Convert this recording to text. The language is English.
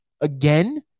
again